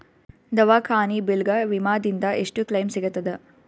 ದವಾಖಾನಿ ಬಿಲ್ ಗ ವಿಮಾ ದಿಂದ ಎಷ್ಟು ಕ್ಲೈಮ್ ಸಿಗತದ?